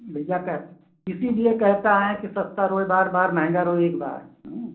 भैया कहे इसीलिए कहते हैं कि सस्ता रोए बार बार महंगा रोए एक बार हाँ